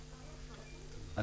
מהייצוא,